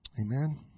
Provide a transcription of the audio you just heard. Amen